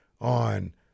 on